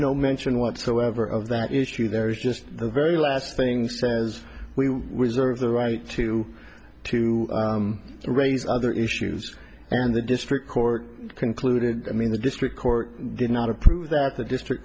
no mention whatsoever of that is true there is just the very last thing says we reserve the right to to raise other issues and the district court concluded i mean the district court did not approve that the district